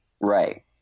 Right